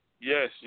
Yes